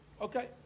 Okay